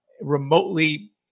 remotely